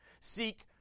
Seek